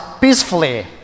peacefully